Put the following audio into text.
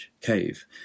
cave